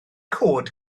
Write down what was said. cod